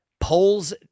polls